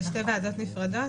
זה שתי ועדות נפרדות.